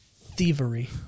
Thievery